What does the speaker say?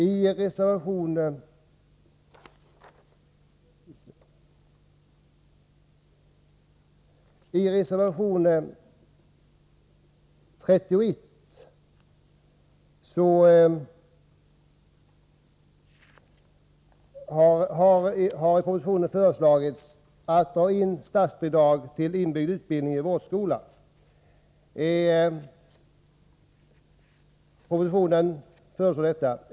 I propositionen föreslås även att man skall avveckla statsbidraget till inbyggd utbildning i gymnasieskolan inom området vårdyrken.